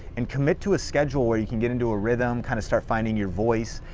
and commit to a schedule where you can get into a rhythm, kind of start finding your voice,